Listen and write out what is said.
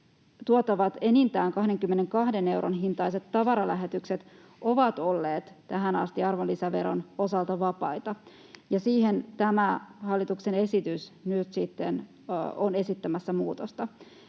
maahantuotavat enintään 22 euron hintaiset tavaralähetykset ovat olleet tähän asti arvonlisäveron osalta vapaita, ja siihen tämä hallituksen esitys nyt sitten on esittämässä muutosta.